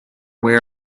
aware